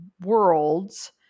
worlds